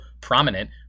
prominent